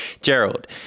Gerald